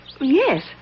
Yes